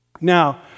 Now